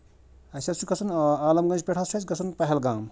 اَسہِ حظ چھُ گژھُن عالم گٔج پٮ۪ٹھ حظ چھُ اَسہِ گژھُن پہلگام